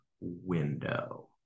window